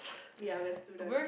we are we are student